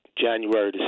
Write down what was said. January